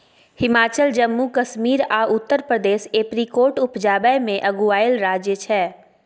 हिमाचल, जम्मू कश्मीर आ उत्तर प्रदेश एपरीकोट उपजाबै मे अगुआएल राज्य छै